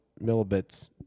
millibits